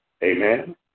Amen